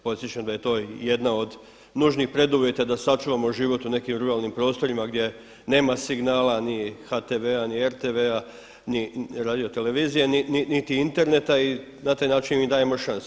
Podsjećam da je to jedna od nužnih preduvjeta da sačuvamo život u nekim ruralnim prostorima gdje nema signala ni HTV-a, ni RTV-a ni radiotelevizije niti interneta i na taj način mi dajemo šansu.